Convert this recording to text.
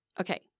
Okay